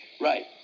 Right